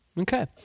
okay